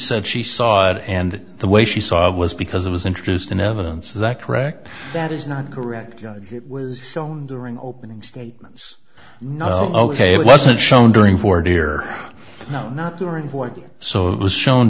said she saw it and the way she saw it was because it was introduced in evidence that correct that is not good it was during opening statements not ok it wasn't shown during for dear no not during board so it was shown